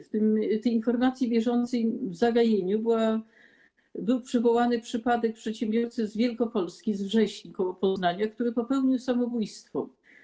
W informacji bieżącej, w zagajeniu, był przywołany przypadek przedsiębiorcy z Wielkopolski, z Wrześni koło Poznania, który popełnił samobójstwo.